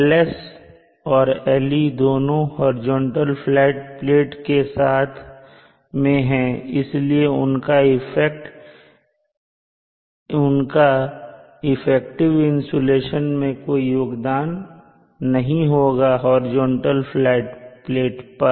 LS और LE दोनों horizontal flat plate के साथ में है इसलिए उनका इफेक्टिव इंसुलेशन में कोई योगदान नहीं होगा हॉरिजॉन्टल फ्लैट प्लेट पर